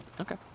Okay